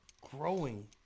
growing